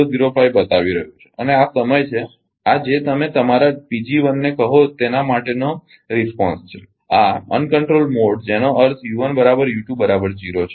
005 બતાવી રહ્યું છે અને આ સમય છે આ જે તમે તમારા ને કહો છો તેના માટેનો પ્રતિસાદરિસ્પોન્સ છે આ અનિયંત્રિત મોડ જેનો અર્થ છે